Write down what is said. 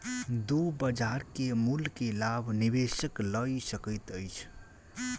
दू बजार के मूल्य के लाभ निवेशक लय सकैत अछि